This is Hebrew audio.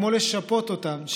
כמו לשפות אותם,